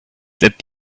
that